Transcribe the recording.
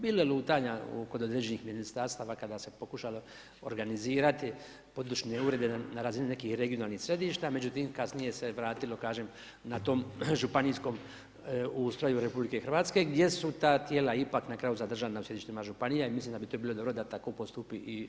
Bilo je lutanja kod određenih ministarstava kada se pokušalo organizirati područni ured jedan na razini nekih regionalnih središta međutim kasnije se vratilo kažem na tom županijskom ustroju RH gdje su ta tijela ipak na kraju zadržana u sjedištima županija i mislim da bi to bilo dobro da tako postupi i Državni inspektorat.